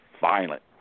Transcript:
violent